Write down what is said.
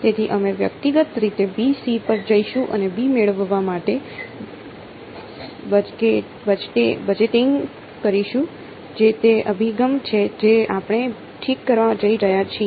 તેથી અમે વ્યક્તિગત રીતે b c પર જઈશું અને b મેળવવા માટે બજેટિંગ કરીશું જે તે અભિગમ છે જે આપણે ઠીક કરવા જઈ રહ્યા છીએ